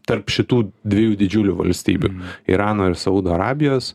tarp šitų dviejų didžiulių valstybių irano ir saudo arabijos